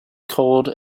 cold